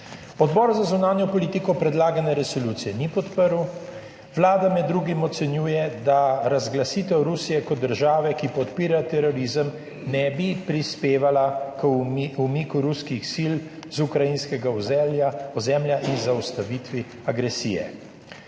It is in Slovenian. Odbor za zunanjo politiko predlagane resolucije ni podprl. Vlada med drugim ocenjuje, da razglasitev Rusije kot države, ki podpira terorizem, ne bi prispevala k umiku ruskih sil z ukrajinskega ozemlja in zaustavitvi agresij.